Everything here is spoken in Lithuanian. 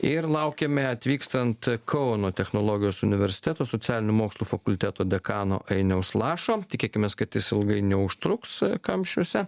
ir laukiame atvykstant kauno technologijos universiteto socialinių mokslų fakulteto dekano ainiaus lašo tikėkimės kad jis ilgai neužtruks kamščiuose